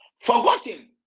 Forgotten